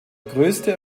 größte